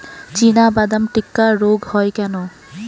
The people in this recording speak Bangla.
চিনাবাদাম টিক্কা রোগ হয় কেন?